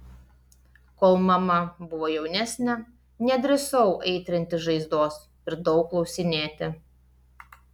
kol mama buvo jaunesnė nedrįsau aitrinti žaizdos ir daug klausinėti